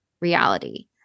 reality